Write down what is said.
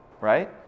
right